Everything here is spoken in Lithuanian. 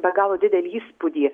be galo didelį įspūdį